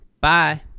Bye